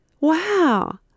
Wow